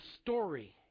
story